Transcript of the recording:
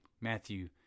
Matthew